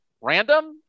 random